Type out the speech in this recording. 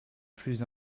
plus